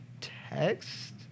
text